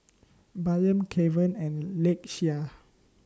Bynum Kevan and Lakeshia